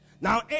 Now